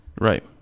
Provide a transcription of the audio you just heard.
right